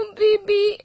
baby